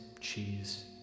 cheese